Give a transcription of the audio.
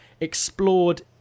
explored